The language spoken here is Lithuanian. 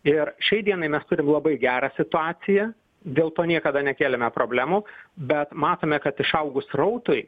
ir šiai dienai mes turim labai gerą situaciją dėl to niekada nekėlėme problemų bet matome kad išaugus srautui